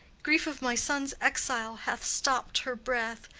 grief of my son's exile hath stopp'd her breath.